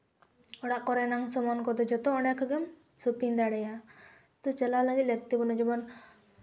ᱚᱲᱟᱜ ᱠᱚᱨᱮᱱᱟᱜ ᱥᱟᱢᱟᱱ ᱠᱚᱫᱚ ᱡᱚᱛᱚ ᱚᱸᱰᱮ ᱠᱷᱚᱡ ᱜᱮᱢ ᱥᱚᱯᱤᱝ ᱫᱟᱲᱮᱭᱟᱜᱼᱟ ᱛᱚ ᱪᱟᱞᱟᱜ ᱞᱟᱹᱜᱤᱫ ᱞᱟᱹᱠᱛᱤ ᱵᱟᱹᱱᱩᱜᱼᱟ